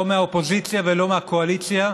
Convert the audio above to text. לא מהאופוזיציה ולא מהקואליציה,